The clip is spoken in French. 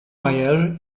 mariage